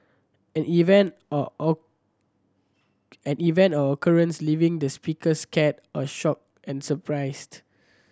an event or or and event or occurrence leaving the speakers scared or shocked and surprised